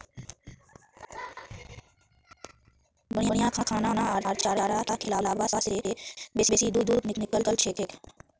बढ़िया खाना आर चारा खिलाबा से बेसी दूध निकलछेक